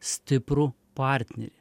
stiprų partnerį